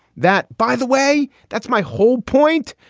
that, by the way, that's my whole point,